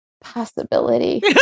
Possibility